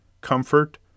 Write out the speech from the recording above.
comfort